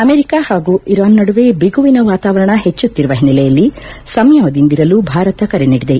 America ಹಾಗೂ Iran ನಡುವೆ ಬಿಗುವಿನ ವಾತಾವರಣ ಹೆಚ್ಚುಕ್ತಿರುವ ಹಿನ್ನೆಲೆಯಲ್ಲಿ ಸಂಯಮದಿಂದಿರಲು ಭಾರತ ಕರೆ ನೀಡಿದೆ